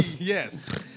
Yes